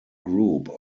group